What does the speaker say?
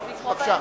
בבקשה.